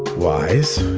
wise.